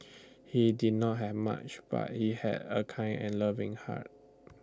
he did not have much but he had A kind and loving heart